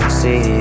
see